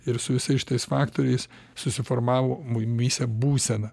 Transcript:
ir su visais šitais faktoriais susiformavo mumyse būsena